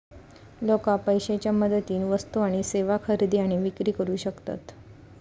लोका पैशाच्या मदतीन वस्तू आणि सेवा खरेदी आणि विक्री करू शकतत